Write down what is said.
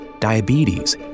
diabetes